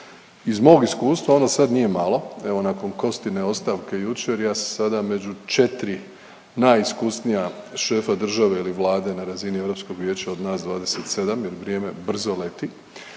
Iz mog iskustva, ono sad nije malo, evo, nakon Costine ostavke jučer, ja sam sada među 4 najiskusnija šefa države ili Vlade na razini Europskog vijeća od nas 27 jer vrijeme brzo leti.